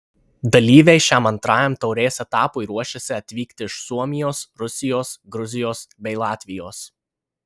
dalyviai šiam antrajam taurės etapui ruošiasi atvykti iš suomijos rusijos gruzijos bei latvijos